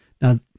Now